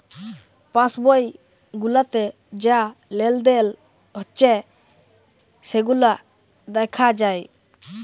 pass বই গুলাতে যা লেলদেল হচ্যে সেগুলা দ্যাখা যায়